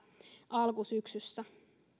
alkusyksyllä